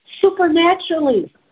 Supernaturally